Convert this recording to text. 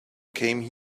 came